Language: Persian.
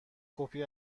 کپی